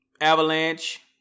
Avalanche